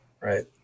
right